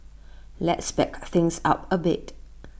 let's back things up A bit